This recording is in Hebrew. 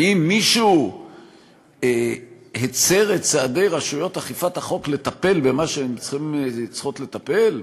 האם מישהו הצר את צעדי רשויות אכיפת החוק לטפל במה שהן צריכות לטפל?